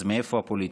אז מאיפה הפוליטיקה?